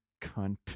cunt